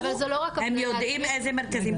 הם יודעים איזה מרכזים יש,